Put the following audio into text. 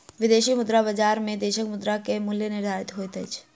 विदेशी मुद्रा बजार में देशक मुद्रा के मूल्य निर्धारित होइत अछि